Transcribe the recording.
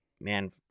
man